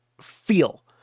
feel